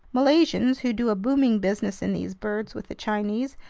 malaysians, who do a booming business in these birds with the chinese,